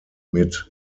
mit